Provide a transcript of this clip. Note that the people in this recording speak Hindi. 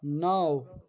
नौ